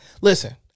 listen